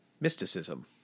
mysticism